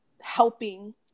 helping